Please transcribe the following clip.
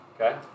Okay